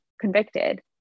convicted